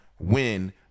win